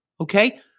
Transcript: Okay